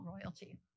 royalty